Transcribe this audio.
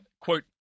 quote